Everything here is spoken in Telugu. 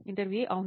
ఇంటర్వ్యూఈ అవును